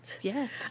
Yes